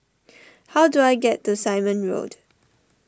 how do I get to Simon Road